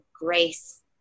grace